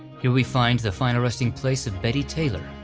here we find the final resting place of betty taylor,